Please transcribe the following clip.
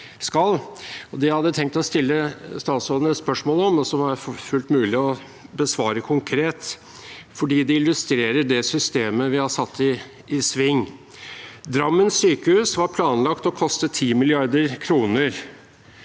jeg hadde tenkt å stille statsråden et spørsmål om, er fullt mulig å besvare konkret fordi det illustrerer det systemet vi har satt i sving. Drammen sykehus var planlagt å koste 10 mrd. kr.